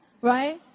right